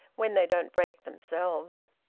when they don't break themselves!